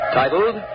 titled